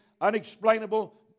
Unexplainable